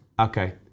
Okay